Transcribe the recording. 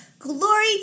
Glory